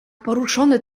poruszony